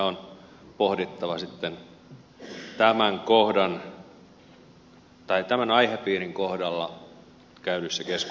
niitä on pohdittava sitten tämän aihepiirin kohdalla käytävissä keskusteluissa